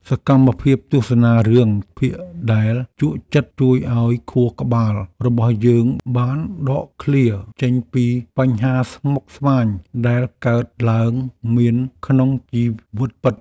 សកម្មភាពទស្សនារឿងភាគដែលជក់ចិត្តជួយឱ្យខួរក្បាលរបស់យើងបានដកឃ្លាចេញពីបញ្ហាស្មុគស្មាញដែលកើតមានក្នុងជីវិតពិត។